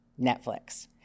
Netflix